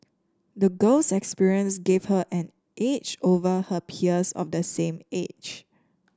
the girl's experience gave her an edge over her peers of the same age